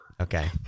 Okay